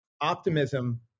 optimism